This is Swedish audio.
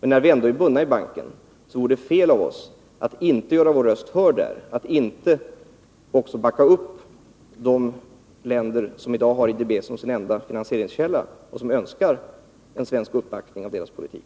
När vi ändå är bundna till banken, vore det fel av oss att inte göra vår röst hörd där eller att inte backa upp de länder som i dag har IDB såsom sin enda finansieringskälla och som önskar en svensk uppbackning av sin politik.